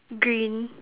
green